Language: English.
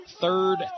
third